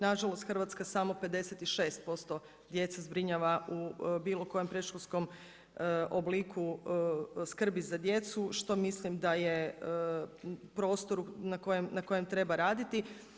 Na žalost Hrvatska samo 56% djece zbrinjava u bilo kojem predškolskom obliku skrbi za djecu što mislim da je prostor na kojem treba raditi.